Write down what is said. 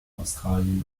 australien